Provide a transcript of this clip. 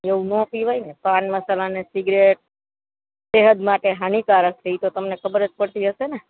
એવું ના પીવાય ને પાન મસાલા ને સિગરેટ સેહત માટે હાનિકારક છે એ તો તમને ખબર જ પડતી હશે ને